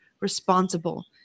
responsible